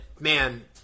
man